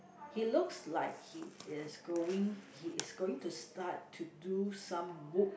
he looks like he is going he is going to start to do some wood